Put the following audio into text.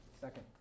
Second